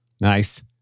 Nice